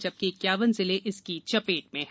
जबकि इक्यावन जिले इसकी चपेट में हैं